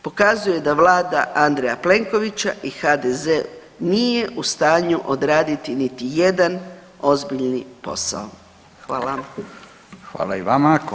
Pokazuje da Vlada Andreja Plenkovića i HDZ nije u stanju odraditi niti jedan ozbiljni posao.